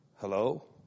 Hello